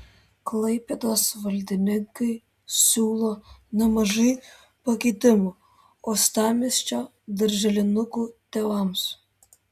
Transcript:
klaipėdos valdininkai siūlo nemažai pakeitimų uostamiesčio darželinukų tėvams